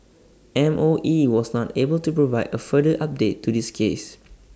M O E was not able to provide A further update to this case